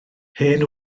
hen